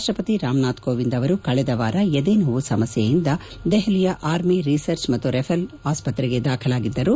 ರಾಷ್ಷಪತಿ ರಾಮನಾಥ್ ಕೋವಿಂದ್ ಅವರು ಕಳೆದ ವಾರ ಎದೆ ನೋವು ಸಮಸ್ಥೆಯಿಂದ ದೆಹಲಿಯ ಆರ್ಮಿ ರಿಸರ್ಚ್ ಮತ್ತು ರೆಫರೆಲ್ ಆಸ್ಪತ್ರೆಗೆ ದಾಖಲಾಗಿದ್ದರು